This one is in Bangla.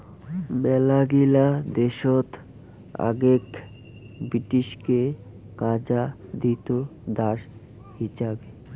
মেলাগিলা দেশত আগেক ব্রিটিশকে কাজা দিত দাস হিচাবে